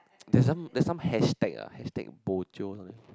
there some there some hashtag ah hashtag bo jio something